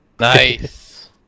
Nice